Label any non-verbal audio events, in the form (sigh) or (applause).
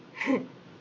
(laughs)